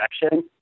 direction